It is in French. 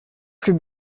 plus